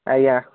ଆଜ୍ଞାଁ